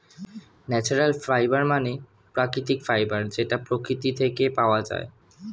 natural fibre মানে প্রাকৃতিক fibre যেটা প্রকৃতি থেকে পাওয়া যায়